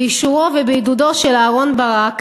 באישורו ובעידודו של אהרן ברק,